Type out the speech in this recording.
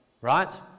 right